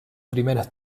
primeras